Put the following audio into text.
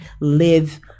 live